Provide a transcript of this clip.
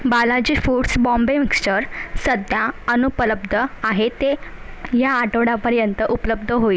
Balaji foods Bombay mixture सध्या अनुपलब्ध आहे ते ह्या आठवडापर्यंत उपलब्ध होईल